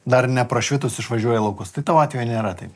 dar neprašvitus išvažiuoji į laukus tai tavo atveju nėra taip